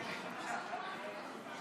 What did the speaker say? את הצעת חוק הפרטת גלי צה"ל,